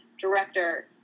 director